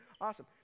awesome